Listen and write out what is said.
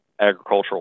agricultural